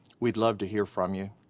we'd love to hear from you.